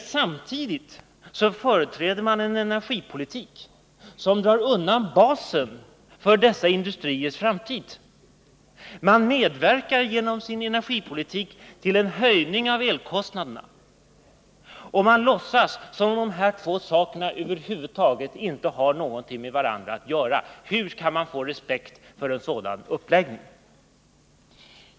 Samtidigt företräder partiet emellertid en energipolitik som drar undan basen för dessa industriers framtid: det medverkar genom sin energipolitik till en höjning av elkostnaderna och låtsas som om dessa båda saker inte har någonting med varandra att göra. Hur skall vi kunna få respekt för en sådan uppläggning?